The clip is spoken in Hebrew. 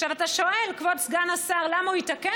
עכשיו אתה שואל, כבוד סגן השר, למה הוא התעקש.